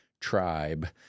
tribe